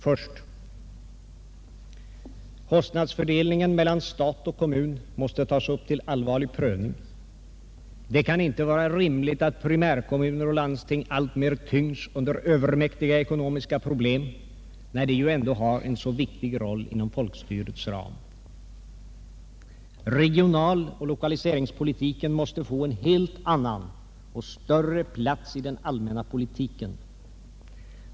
Först: Kostnadsfördelningen mellan stat och kommun mäste tas upp till allvarlig prövning. Det kan inte vara rimligt att primärkommuner och landsting alltmer tyngs under övermäktiga ekonomiska problem när de ju ändå har en så viktig roll inom folkstyrets ram. Därefter: Regional och lokaliseringspolitiken måste få en helt annan och större plats i den allmänna politiken.